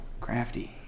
crafty